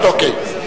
אוקיי.